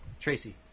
Tracy